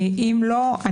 אם לא,